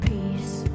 Peace